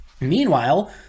Meanwhile